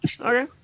Okay